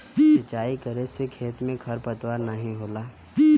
सिंचाई करे से खेत में खरपतवार नाहीं होला